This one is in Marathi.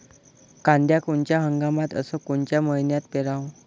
कांद्या कोनच्या हंगामात अस कोनच्या मईन्यात पेरावं?